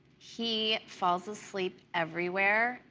he falldemoleep everywhere,